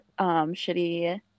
shitty